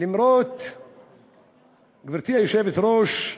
גברתי היושבת-ראש,